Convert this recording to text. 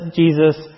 jesus